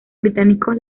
británicos